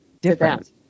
Different